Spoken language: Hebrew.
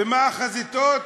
ומה הן החזיתות?